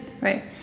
Right